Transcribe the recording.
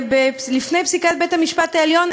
לפני פסיקת בית-המשפט העליון,